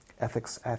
Ethics